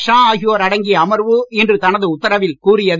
ஷா ஆகியோர் அடங்கிய அமர்வு இன்று தனது உத்தரவில் கூறியது